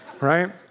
Right